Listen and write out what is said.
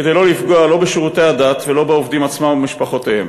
כדי לא לפגוע לא בשירותי הדת ולא בעובדים עצמם ומשפחותיהם.